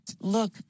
look